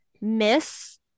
miss